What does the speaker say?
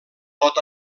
pot